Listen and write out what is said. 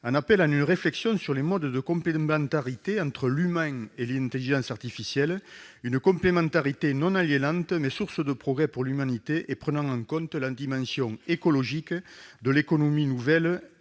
appelle à une réflexion sur les modes de complémentarité entre l'humain et l'intelligence artificielle, une complémentarité non aliénante, mais source de progrès pour l'humanité et prenant en compte la dimension écologique de l'économie nouvelle